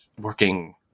working